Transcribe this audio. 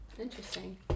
Interesting